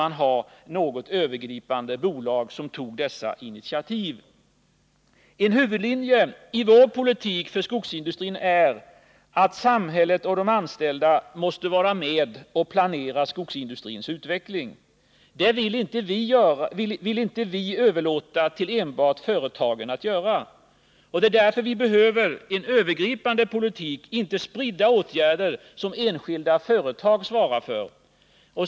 En huvudlinje i vår politik när det gäller skogsindustrin är att samhället och de anställda måste få vara med vid planeringen av skogsindustrins utveckling. Det vill vi inte överlåta till enbart företagen. Vi behöver därför en övergripande politik — inte spridda åtgärder som enskilda företag svarar för.